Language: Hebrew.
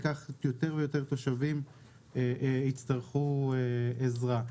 וכך יותר ויותר תושבים יצטרכו עזרה.